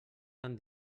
tan